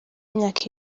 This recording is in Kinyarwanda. imyaka